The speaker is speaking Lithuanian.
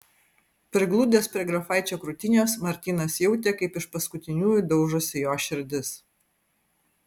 prigludęs prie grafaičio krūtinės martynas jautė kaip iš paskutiniųjų daužosi jo širdis